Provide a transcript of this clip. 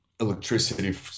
electricity